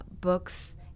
books